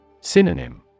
Synonym